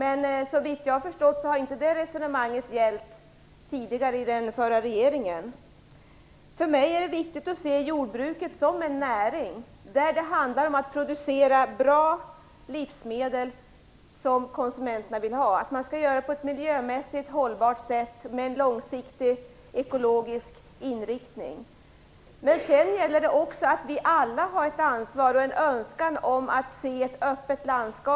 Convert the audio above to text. Såvitt jag förstår har inte det resonemanget gällt i den förra regeringen. För mig är det viktigt att se jordbruket som en näring. Det handlar om att producera bra livsmedel som konsumenterna vill ha. Det skall göras på ett miljömässigt hållbart sätt med en långsiktig ekologisk inriktning. Det gäller också att vi alla tar ett ansvar och att vi har en önskan om att se ett öppet landskap.